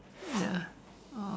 ya